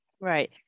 Right